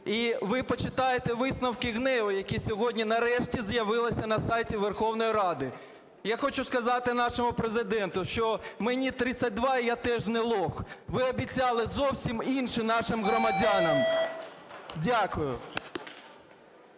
і ви почитайте висновки ГНЕУ, які сьогодні нарешті з'явилися на сайті Верховної Ради. Я хочу сказати нашому Президенту, що мені 32, і я теж не лох. Ви обіцяли зовсім інше нашим громадянам. Дякую.